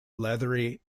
leathery